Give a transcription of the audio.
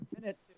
minutes